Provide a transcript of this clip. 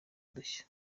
udushya